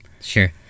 sure